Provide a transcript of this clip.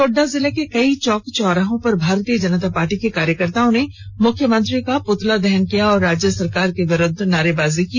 गोड्डा जिला के कई चौक चौराहे पर भारतीय जनता पार्टी के कार्यकर्ताओं ने मुख्यमंत्री का पृतला दहन किया और राज्य सरकार के विरूद्व नारेबाजी की